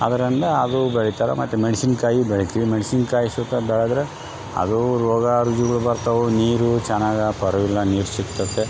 ಅದರಿಂದ ಅದು ಬೆಳಿತಾರ ಮತ್ತು ಮೆಣಸಿನ್ಕಾಯಿ ಬೆಳಿತೀವಿ ಮೆಣಸಿನ್ಕಾಯಿ ಸುತ ಬೆಳೆದ್ರ ಅದು ರೋಗ ರುಜಿನಗಳು ಬರ್ತಾವು ನೀರು ಚೆನ್ನಗಾ ಪರ್ವಿಲ್ಲ ನೀರು ಸಿಕ್ತೈತೆ